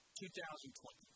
2020